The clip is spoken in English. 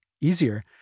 easier